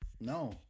No